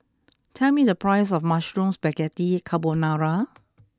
tell me the price of Mushroom Spaghetti Carbonara